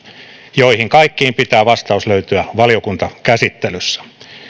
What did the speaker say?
joihin kaikkiin pitää vastauksen löytyä valiokuntakäsittelyssä